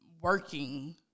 Working